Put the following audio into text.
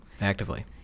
actively